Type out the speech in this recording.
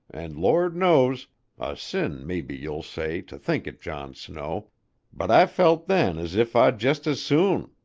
and lord knows a sin, maybe you'll say, to think it, john snow but i felt then as if i'd just as soon,